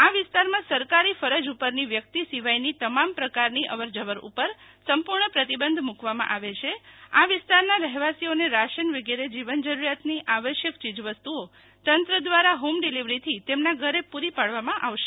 આ વિસ્તારમાં સરકારી ફરજ ઉપરની વ્યક્તિ સિવાયની તમામ પ્રકારની અવર જવર ઉપર સંપુર્ણ પ્રતિબંધ મુકવામાં આવે છે આ વિસ્તારના રહેવાસીઓને રાશન વિગેરે જીવન જરૂરિયાતની આવશ્યક યીજ વસ્તુઓ તંત્ર દ્રારા હોમડીલીવરીથી તેમના ધરે પુરી પાડવામાં આવશે